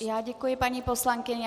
Já děkuji paní poslankyni.